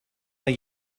man